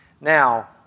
Now